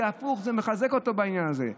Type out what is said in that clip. זה הפוך, זה מחזק אותו בעניין הזה.